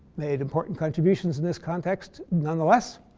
made important contributions in this context nonetheless.